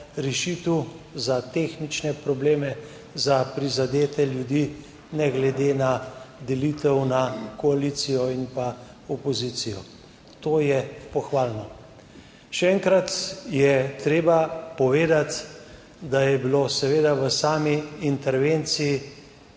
za tehnične probleme za prizadete ljudi ne glede na delitev na koalicijo in pa opozicijo. To je pohvalno. Še enkrat je treba povedati, da je bilo seveda v sami intervenciji